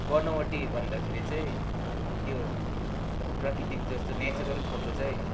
बनावटी भन्दाखेरि चाहिँ त्यो प्राकृतिक जस्तो नेचरल फोटो चाहिँ